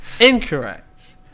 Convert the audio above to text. Incorrect